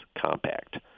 compact